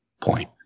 point